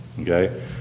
Okay